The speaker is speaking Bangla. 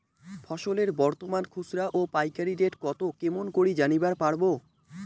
ফসলের বর্তমান খুচরা ও পাইকারি রেট কতো কেমন করি জানিবার পারবো?